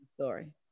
Sorry